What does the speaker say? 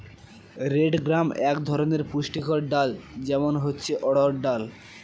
red gram এক ধরনের পুষ্টিকর ডাল, যেমন হচ্ছে অড়হর ডাল